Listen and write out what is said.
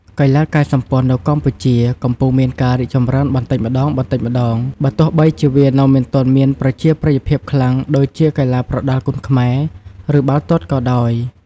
កីឡាកាយសម្ព័ន្ធនៅកម្ពុជាកំពុងមានការរីកចម្រើនបន្តិចម្តងៗ បើទោះបីជាវានៅមិនទាន់មានប្រជាប្រិយភាពខ្លាំងដូចជាកីឡាប្រដាល់គុនខ្មែរ ឬបាល់ទាត់ក៏ដោយ។